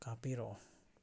ꯀꯥꯄꯤꯔꯛꯑꯣ